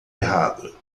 errado